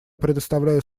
предоставляю